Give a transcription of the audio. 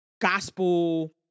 gospel